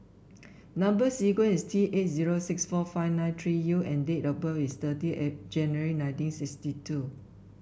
number sequence is T eight zero six four five nine three U and date of birth is thirty January nineteen sixty two